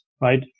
right